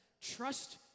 trust